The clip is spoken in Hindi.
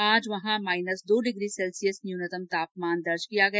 आज वहां माइनस दो डिग्री सैल्सियस न्यूनतम तापमान दर्ज किया गया